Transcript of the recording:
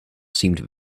seemed